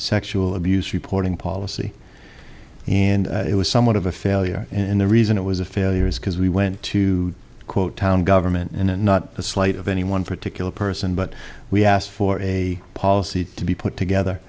sexual abuse reporting policy and it was somewhat of a failure in the reason it was a failure is because we went to quote town government and not a slight of any one particular person but we asked for a policy to be put together